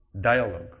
Dialogue